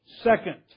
Second